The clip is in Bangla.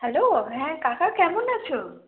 হ্যালো হ্যাঁ কাকা কেমন আছ